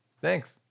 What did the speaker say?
Thanks